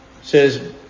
says